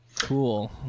Cool